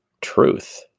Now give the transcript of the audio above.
truth